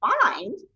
find